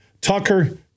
Tucker